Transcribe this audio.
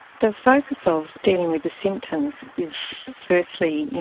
the focus of dealing with the symptoms is firstly,